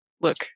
Look